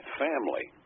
family